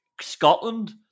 Scotland